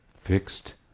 fixed